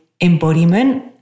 embodiment